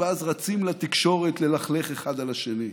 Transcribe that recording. ואז רצים לתקשורת ללכלך אחד על השני.